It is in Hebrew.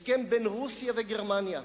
הסכם בין רוסיה לגרמניה.